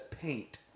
paint